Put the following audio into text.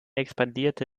expandierte